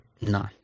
No